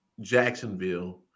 Jacksonville